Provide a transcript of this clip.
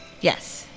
Yes